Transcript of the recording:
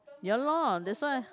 ya lor that's why